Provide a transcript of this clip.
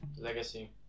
Legacy